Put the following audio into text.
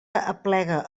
aplega